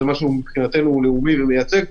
ומבחינתנו זה משהו לאומי ומייצג,